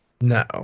No